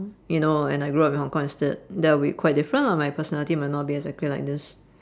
you know and I grew up in hong-kong instead that will be quite different lah my personality might not be exactly like this